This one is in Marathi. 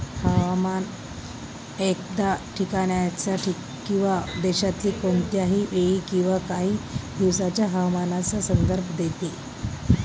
हवामान एखाद्या ठिकाणाच्या किंवा देशातील कोणत्याही वेळी किंवा काही दिवसांच्या हवामानाचा संदर्भ देते